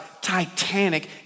titanic